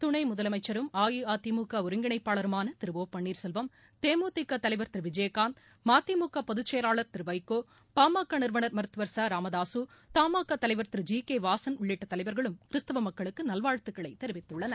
துணை முதலமைச்சரும் அஇஅதிமுக ஒருங்கிணைப்பாளருமான திரு ஒ பன்னீர்செல்வம் தேமுதிக தலைவர் திரு விஜயகாந்த் மதிமுக பொதுச் செயலாளர் திரு வைகோ பாமக நிறுவனர் மருத்துவர் ச ராமதாசு தமாக தலைவர் திரு ஜிகே வாசன் உள்ளிட்ட தலைவர்களும் கிறிஸ்தவ மக்களுக்கு நல்வாழ்த்துக்களை தெரிவித்துள்ளனர்